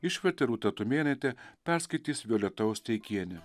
išvertė rūta tumėnaitė perskaitys violeta osteikienė